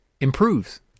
Improves